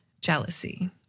jealousy